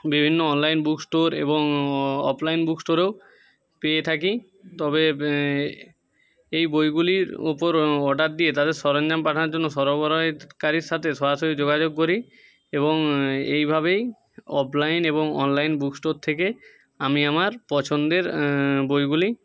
বিভিন্ন online book store এবং offline book স্টোরেও পেয়ে থাকি তবে এই বইগুলির ওপর অর্ডার দিয়ে তাদের সরঞ্জাম পাঠানোর জন্য সরবরাহের কারীর সাথে সরাসরি যোগাযোগ করি এবং এইভাবেই অফলাইন এবং অনলাইন বুক স্টোর থেকে আমি আমার পছন্দের বইগুলি